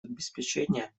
обеспечения